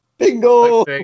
Bingo